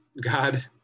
God